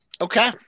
Okay